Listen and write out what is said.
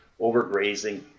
overgrazing